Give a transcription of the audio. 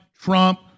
Trump